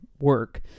work